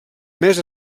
més